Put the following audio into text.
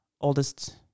oldest